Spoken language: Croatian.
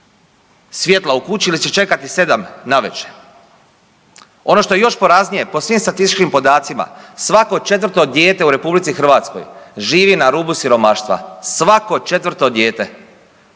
svjetla u kući ili će čekati 7 navečer. Ono što je još poraznije po svim statističkim podacima svako 4. dijete u RH živi na rubu siromaštva, svako 4. dijete,